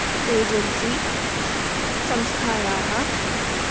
agency संस्थायाः